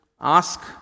ask